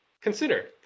Consider